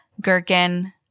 Gherkin